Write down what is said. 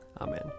Amen